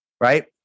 right